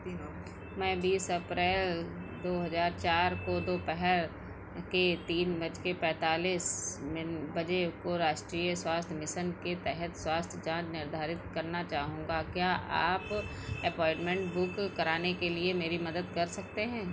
मैं बीस अप्रैल दो हज़ार चार को दोपहर के तीन बज कर पैंतालीस मिन बजे को राष्ट्रीय स्वास्थ्य मिशन के तहत स्वास्थ्य जाँच निर्धारित करना चाहूँगा क्या आप अपॉइंटमेंट बुक कराने के लिए मेरी मदद कर सकते हैं